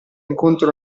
incontra